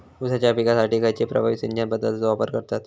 ऊसाच्या पिकासाठी खैयची प्रभावी सिंचन पद्धताचो वापर करतत?